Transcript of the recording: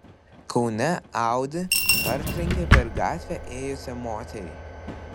kaune audi partrenkė per gatvę ėjusią moterį